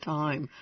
time